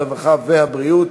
הרווחה והבריאות